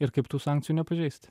ir kaip tų sankcijų nepažeist